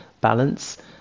balance